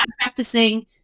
practicing